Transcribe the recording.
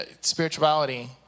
spirituality